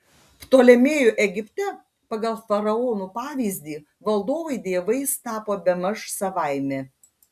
ptolemėjų egipte pagal faraonų pavyzdį valdovai dievais tapo bemaž savaime